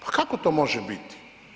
Pa kako to može biti?